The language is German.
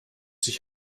sich